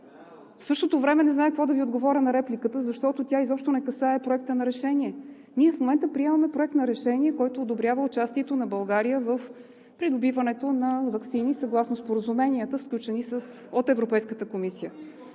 В същото време не зная какво да Ви отговоря на репликата, защото тя изобщо не касае Проекта на решение. Ние в момента приемаме Проект на решение, който одобрява участието на България в придобиването на ваксини съгласно споразуменията, сключени от Европейската комисия.